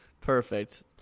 Perfect